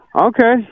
Okay